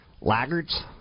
Laggards